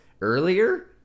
Earlier